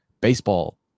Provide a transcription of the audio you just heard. baseball